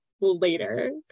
later